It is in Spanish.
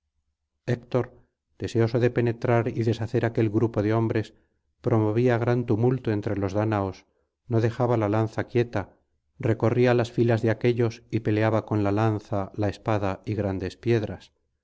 héctor deseoso de penetrar y deshacer aquel grupo de hombres promovía gran tumulto entre los danaos no dejaba la ilíada de aquéllos y peleaba con la lanza la espada y grandes piedras